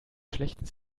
schlechten